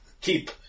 Keep